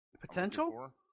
Potential